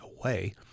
away